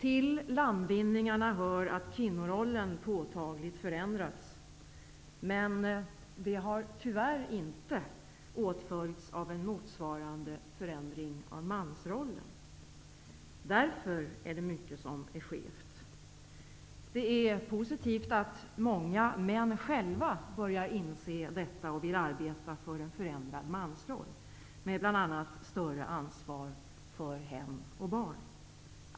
Till landvinningarna hör att kvinnorollen påtagligt förändrats, men det har tyvärr inte åtföljts av en motsvarande förändring av mansrollen. Därför är det mycket som är skevt. Det är positivt att många män själva börjar inse detta och vill arbeta för en förändrad mansroll, med bl.a. större ansvar för hem och barn.